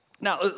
Now